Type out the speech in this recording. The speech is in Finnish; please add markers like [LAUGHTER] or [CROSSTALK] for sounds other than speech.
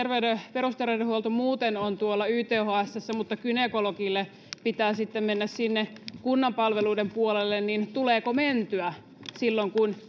perusterveydenhuolto muuten on tuolla ythsssä mutta gynekologille pitää sitten mennä sinne kunnan palveluiden puolelle niin tuleeko mentyä silloin kun [UNINTELLIGIBLE]